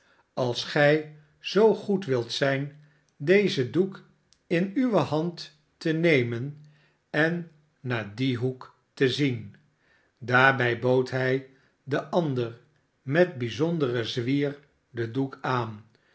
als gij zoo goed wilt zijn dezen doek in uwe hand te nemen en naar dien hoek te zien daarbij bood hij den ander met bijzonderen zwier den doek aan